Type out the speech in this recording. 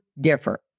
differ